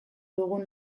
dugun